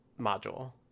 module